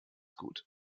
gut